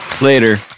Later